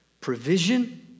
provision